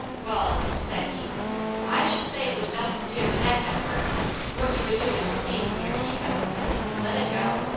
wall, said he i should say it was best to do with that kind of article what you would do with the steam from your tea kettle let it go.